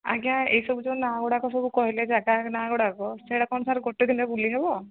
ଆଜ୍ଞା ଏସବୁ ଯୋଉଁ ନାଁ ଗୁଡ଼ାକ ସବୁ କହିଲେ ଜାଗା ନାଁ ଗୁଡ଼ାକ ସେଇଟା କ'ଣ ସାର୍ ଗୋଟେ ଦିନରେ ବୁଲିହେବ